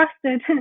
trusted